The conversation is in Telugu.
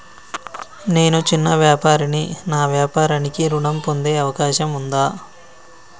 నేను చిన్న వ్యాపారిని నా వ్యాపారానికి ఋణం పొందే అవకాశం ఉందా?